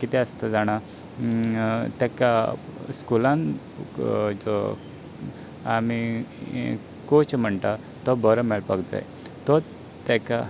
किदें आसता जाणा तेका स्कुलान खंयचो आमी कोच म्हणटा तो बरो मेळपाक जाय तो ताका